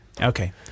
Okay